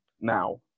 Now